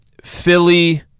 Philly